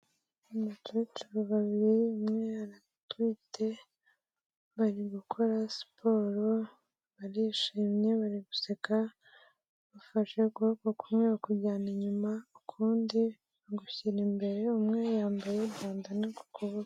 Abakecuru babiri, umwe aratwite, bari gukora siporo barishimye bari guseka, bafashe ukuboko kumwe bakujyana inyuma, ukundi bagushyira imbere, umwe yambaye bandana ku kuboko.